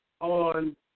on